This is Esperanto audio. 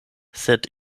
sed